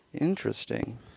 Interesting